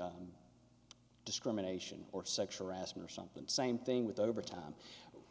a discrimination or sexual harassment something and same thing with overtime